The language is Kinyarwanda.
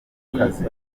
kukazi